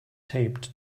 taped